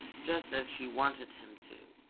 just as she wanted him to.